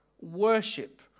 worship